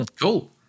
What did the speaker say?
Cool